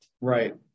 Right